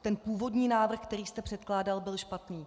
Ten původní návrh, který jste předkládal, byl špatný.